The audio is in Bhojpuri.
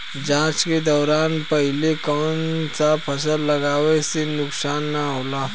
जाँच के दौरान पहिले कौन से फसल लगावे से नुकसान न होला?